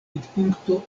vidpunkto